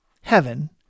heaven